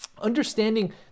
Understanding